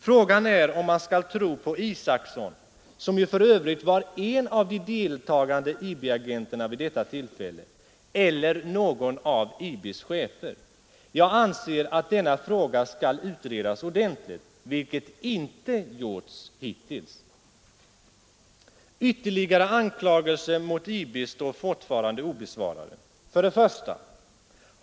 Frågan är om man skall tro på Isacson — som för övrigt var en av de deltagande IB-agenterna vid detta tillfälle — eller någon av IB:s chefer. Jag anser att denna fråga skall utredas ordentligt, vilket inte gjorts hittills. Ytterligare anklagelser mot IB står fortfarande obesvarade: 1.